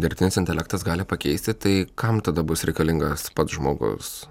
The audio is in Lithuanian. dirbtinis intelektas gali pakeisti tai kam tada bus reikalingas pats žmogus